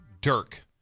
Dirk